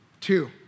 Two